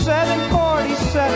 747